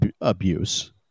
abuse